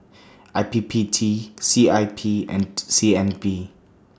I P P T C I P and C N B